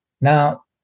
Now